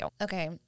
Okay